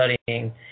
studying